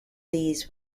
these